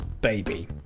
baby